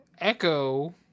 Echo